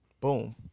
Boom